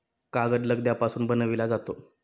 कागद लगद्यापासून बनविला जातो